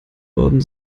worden